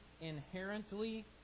inherently